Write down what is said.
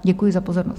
Děkuji za pozornost.